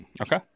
Okay